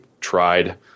tried